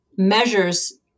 measures